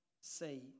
say